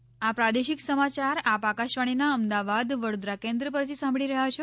corona સંદેશ આ પ્રાદેશિક સમાચાર આપ આકશવાણીના અમદાવાદ વડોદરા કેન્દ્ર પરથી સાંભળી રહ્યા છે